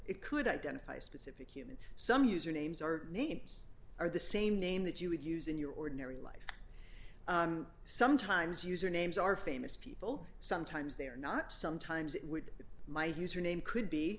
it could identify specific human some user names or names or the same name that you would use in your ordinary life sometimes user names are famous people sometimes they're not sometimes it would be my username could be